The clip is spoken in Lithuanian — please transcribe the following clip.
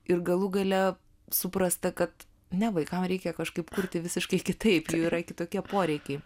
ir galų gale suprasta kad ne vaikam reikia kažkaip kurti visiškai kitaip jų yra kitokie poreikiai